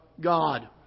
God